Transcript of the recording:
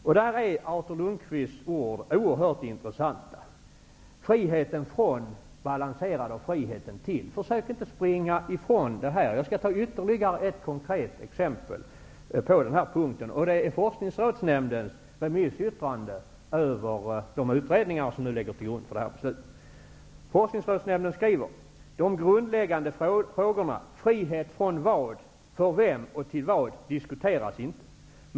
Där är Artur Lundkvists ord oerhört intressanta: Friheten från, balanserad av friheten till. Försök inte springa ifrån det! Jag skall ta ytterligare ett konkret exempel, och det är Forskningsrådsnämndens remissyttrande över de utredningar som ligger till grund för förslaget. De grundläggande frågorna frihet från vad, för vem och till vad diskuteras inte.